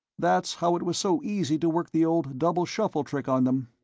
that's how it was so easy to work the old double-shuffle trick on them.